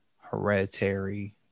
Hereditary